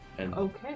Okay